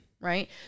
right